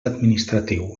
administratiu